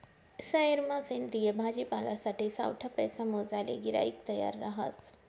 सयेरमा सेंद्रिय भाजीपालासाठे सावठा पैसा मोजाले गिराईक तयार रहास